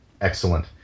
Excellent